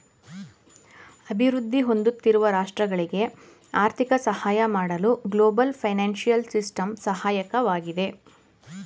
ಅಭಿವೃದ್ಧಿ ಹೊಂದುತ್ತಿರುವ ರಾಷ್ಟ್ರಗಳಿಗೆ ಆರ್ಥಿಕ ಸಹಾಯ ಮಾಡಲು ಗ್ಲೋಬಲ್ ಫೈನಾನ್ಸಿಯಲ್ ಸಿಸ್ಟಮ್ ಸಹಾಯಕವಾಗಿದೆ